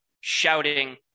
shouting